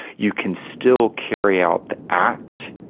you can still carry out the act,